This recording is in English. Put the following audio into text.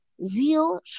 Zeal